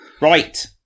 Right